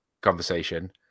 conversation